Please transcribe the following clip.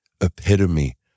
epitome